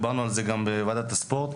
דיברנו על זה גם בוועדת הספורט.